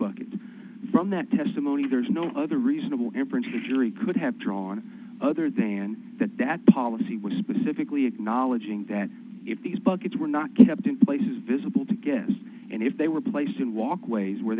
buckets from that testimony there's no other reasonable inference the jury could have drawn other than that that policy was specifically acknowledging that if these buckets were not kept in place visible to guess and if they were placed in walkways where